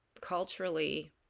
culturally